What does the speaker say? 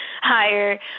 higher